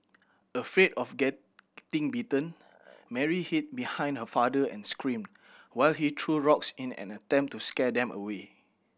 afraid of getting bitten Mary hid behind her father and screamed while he threw rocks in an attempt to scare them away